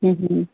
ਹਮ ਹਮ